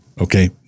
Okay